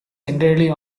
entirely